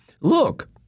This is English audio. Look